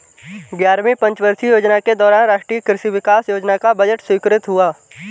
ग्यारहवीं पंचवर्षीय योजना के दौरान राष्ट्रीय कृषि विकास योजना का बजट स्वीकृत हुआ